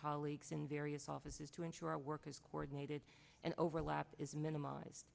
colleagues in various offices to ensure our work is coordinated and overlap is minimized